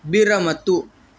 विरमतु